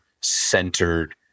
centered